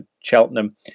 Cheltenham